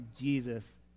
Jesus